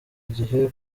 gihe